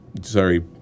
sorry